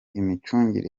imicungire